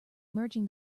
merging